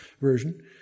version